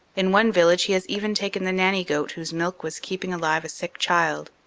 in one village he has even taken the nanny-goat whose milk was keeping alive a sick child.